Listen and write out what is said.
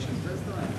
נמנע?